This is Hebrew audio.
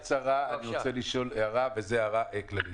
שאלה קצרה, וזו הערה כללית.